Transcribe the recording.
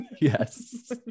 Yes